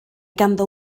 ganddo